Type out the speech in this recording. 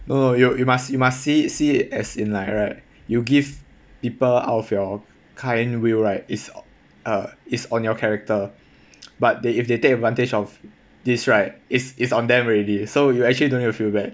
no no you you must you must see it as in like right you give people out of your kind will right is uh is on your character but they if they take advantage of this right is is on them already so you actually don't need to feel bad